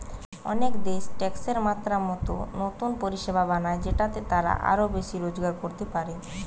অনেক দেশ ট্যাক্সের মাত্রা মতো নতুন পরিষেবা বানায় যেটাতে তারা আরো বেশি রোজগার করতে পারে